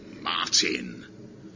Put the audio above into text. Martin